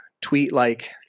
tweet-like